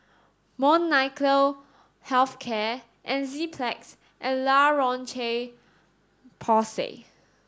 Molnylcke health care Enzyplex and La Roche Porsay